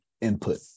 input